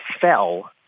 fell